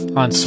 on